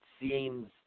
seems